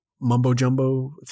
mumbo-jumbo